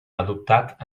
adoptat